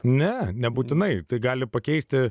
ne nebūtinai tai gali pakeisti